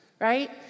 right